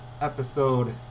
episode